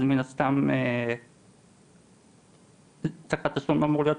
אז מן הסתם סף התשלום מבחינתם אמור להיות